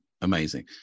Amazing